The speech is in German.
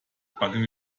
backen